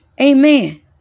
Amen